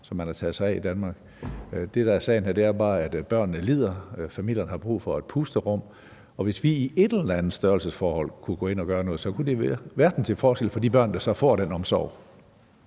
som man har taget sig af Danmark. Det, der er sagen her, er bare, at børnene lider, familierne har brug for et pusterum, og hvis vi i et eller andet størrelsesforhold kunne gå ind og gøre noget, kunne det gøre en verden til forskel for de børn, der så får den omsorg.